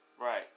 Right